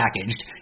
packaged